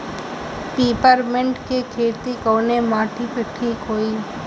Peppermint के खेती कवने माटी पे ठीक होई?